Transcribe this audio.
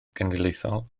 genedlaethol